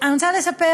אני רוצה לספר,